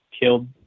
killed